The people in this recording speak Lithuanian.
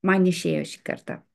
man išėjo šį kartą